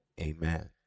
Amen